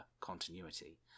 continuity